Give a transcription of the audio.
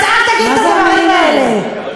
אל תיתן את זה לקבוצה ייחודית.